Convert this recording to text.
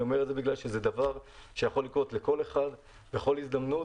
אני אומר את זה כי זה דבר שיכול לקרות לכל אחד בכל הזדמנות,